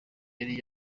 yari